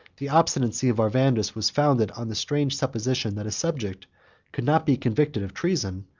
the obstinacy of arvandus was founded on the strange supposition, that a subject could not be convicted of treason,